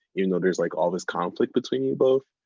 you know there's like all this conflict between you both.